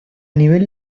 nivel